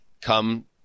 come